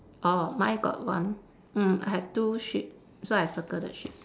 orh mine got one mm I have two sheep so I circle the sheep